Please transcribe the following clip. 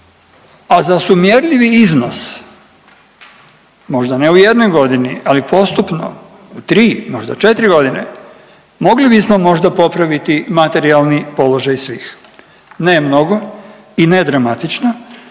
a za sumjerljivi iznos možda ne u jednoj godini, ali postupno u 3, možda 4 godine mogli bismo možda popraviti materijalni položaj svih. Ne mnogo i ne dramatično,